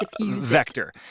vector